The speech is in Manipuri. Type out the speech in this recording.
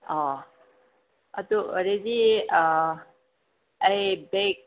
ꯑꯣ ꯑꯗꯨ ꯑꯣꯏꯔꯗꯤ ꯑꯩ ꯕꯦꯛ